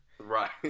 Right